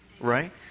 Right